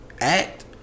act